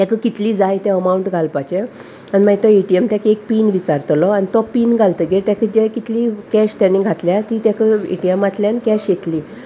तेका कितली जाय तें अमावंट घालपाचें आनी मागीर तो एटीएम तेका एक पीन विचारतलो आनी तो पीन घालतकीर तेका जे कितली कॅश तेणी घातल्या ती तेका एटीएमांतल्यान कॅश येतली